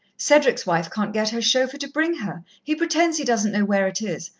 cedric's wife can't get her chauffeur to bring her he pretends he doesn't know where it is.